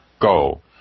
go